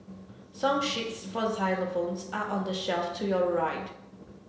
song sheets for xylophones are on the shelf to your right